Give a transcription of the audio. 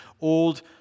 old